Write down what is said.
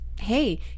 hey